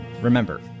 remember